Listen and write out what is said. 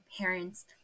parents